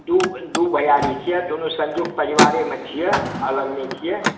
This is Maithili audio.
दू भैयारी छियै दुनू संयुक्त परिवारेमे छियै अलग नहि छियै